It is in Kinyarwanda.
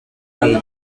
yahiye